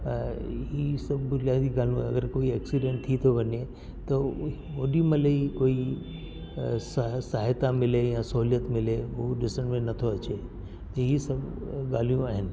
ऐं इहे सभु में अगरि कोई एक्सीडैंट थी थो वञे त हुई होॾीमल ही कोई सहायता मिले या सहुलियत मिले उहो ॾिसण में नथो अचे इहे सभु ॻाल्हियूं आहिनि